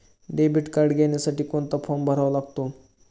Debit card घेण्यासाठी कोणता form भरावा लागतो?